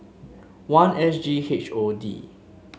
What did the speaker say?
one S G H O D